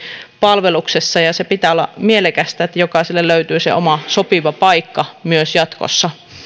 palveluksessa sen pitää olla mielekästä niin että jokaiselle löytyy se oma sopiva paikka myös jatkossa